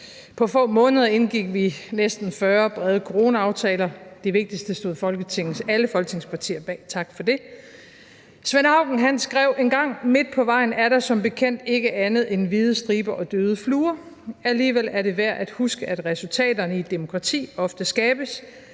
På få måneder indgik vi næsten 40 brede coronaaftaler, det vigtigste stod alle Folketingets partier bag, tak for det. Svend Auken skrev engang: Midt på vejen er der som bekendt ikke andet end hvide striber og døde fluer. Alligevel er det værd at huske, at resultaterne i et demokrati ofte skabes,